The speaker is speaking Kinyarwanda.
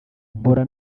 mpura